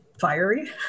fiery